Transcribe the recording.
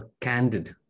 candid